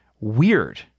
Weird